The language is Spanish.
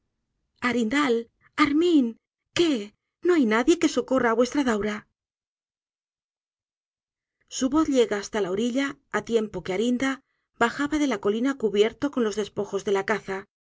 arindal armin qué no hay nadie que socorra á vuestra daura su voz llega hasta la orilla á tiempo que arinda bajaba de la co'ina cubierto con los despojos de la caza